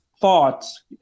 thoughts